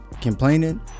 complaining